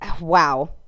wow